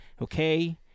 okay